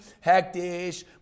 hectic